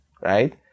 Right